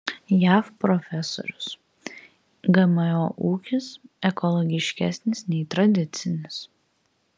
jav profesorius gmo ūkis ekologiškesnis nei tradicinis